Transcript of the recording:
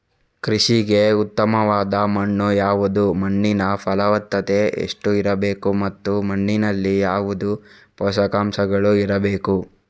ಕೃಷಿಗೆ ಉತ್ತಮವಾದ ಮಣ್ಣು ಯಾವುದು, ಮಣ್ಣಿನ ಫಲವತ್ತತೆ ಎಷ್ಟು ಇರಬೇಕು ಮತ್ತು ಮಣ್ಣಿನಲ್ಲಿ ಯಾವುದು ಪೋಷಕಾಂಶಗಳು ಇರಬೇಕು?